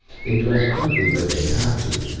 they dress crudely, but they have to.